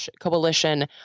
coalition